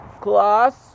class